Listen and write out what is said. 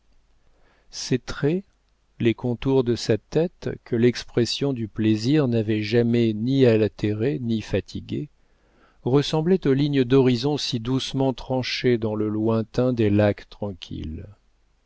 ses traits les contours de sa tête que l'expression du plaisir n'avait jamais ni altérés ni fatigués ressemblaient aux lignes d'horizon si doucement tranchées dans le lointain des lacs tranquilles